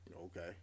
Okay